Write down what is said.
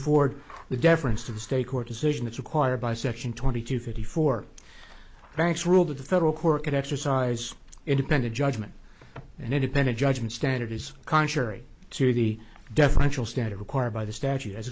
afford the deference to the state court decision it's required by section twenty two fifty four banks rule that the federal court can exercise independent judgment and independent judgment standard is contrary to the deferential standard required by the statute as